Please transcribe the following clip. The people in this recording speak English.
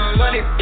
money